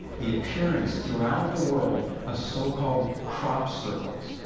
the appearance throughout the world of so-called crop circles.